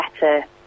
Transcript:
better